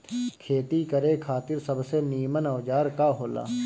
खेती करे खातिर सबसे नीमन औजार का हो ला?